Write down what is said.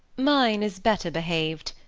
mine is better behaved.